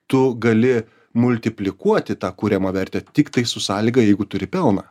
tu gali multiplikuoti tą kuriamą vertę tiktai su sąlyga jeigu turi pelną